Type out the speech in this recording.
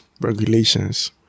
regulations